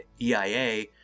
EIA